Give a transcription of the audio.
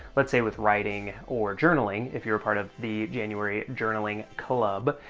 let's say with writing or journaling, if you're a part of the january journaling club,